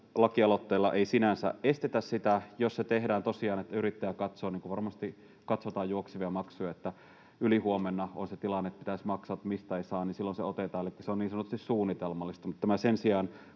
lakialoitteella ei sinänsä estetä sitä, jos siinä tosiaan yrittäjä katsoo, niin kuin varmasti katsotaan, juoksevia maksuja, että ylihuomenna on se tilanne, että pitäisi maksaa, mutta mistään ei saa, niin silloin se otetaan. Elikkä se on niin sanotusti suunnitelmallista.